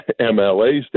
MLAs